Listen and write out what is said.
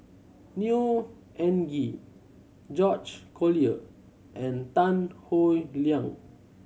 Neo Anngee George Collyer and Tan Howe Liang